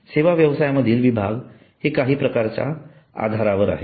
hotel व्यवसायामधील विभाग हे काही प्रकारच्या आधारावर आहेत